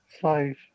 Five